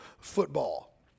football